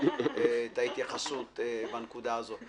להתייחס לנקודה הזאת.